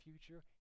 future